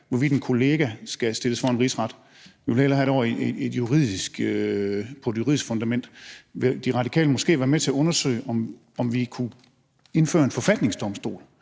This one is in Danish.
hvorvidt en kollega skal stilles for en rigsret. Vi vil hellere have det over på et juridisk fundament. Vil De Radikale måske være med til at undersøge, om vi kunne indføre en forfatningsdomstol,